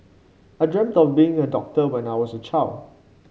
I dreamt of being a doctor when I was a child